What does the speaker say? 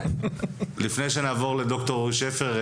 לפני שנעבור לד"ר שפר,